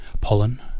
Pollen